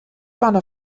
wanne